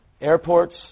Airports